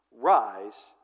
rise